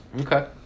Okay